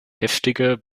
heftiger